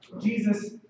Jesus